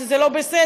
שזה לא בסדר,